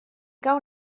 cau